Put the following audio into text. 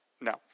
no